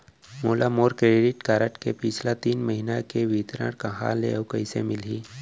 मोला मोर credit card के पिछला तीन महीना के विवरण कहाँ ले अऊ कइसे मिलही?